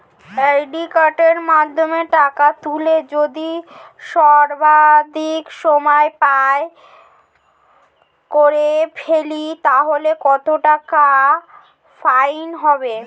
Credit কার্ডের মাধ্যমে টাকা তুললে যদি সর্বাধিক সময় পার করে ফেলি তাহলে কত টাকা ফাইন হবে?